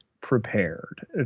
prepared